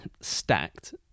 stacked